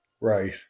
Right